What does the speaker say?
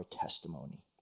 testimony